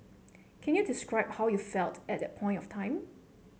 can you describe how you felt at that point of time